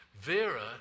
Vera